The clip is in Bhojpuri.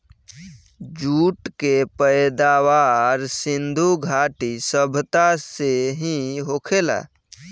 जूट के पैदावार सिधु घाटी सभ्यता से ही होखेला